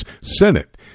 Senate